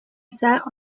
sat